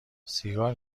سیگار